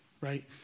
right